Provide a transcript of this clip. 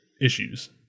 issues